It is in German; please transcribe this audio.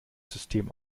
system